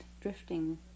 drifting